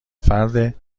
فرد